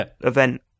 event